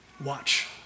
Watch